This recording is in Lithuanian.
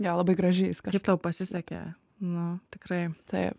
nelabai gražiais kaip tau pasisekė nu tikrai taip